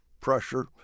pressure